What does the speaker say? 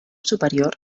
superior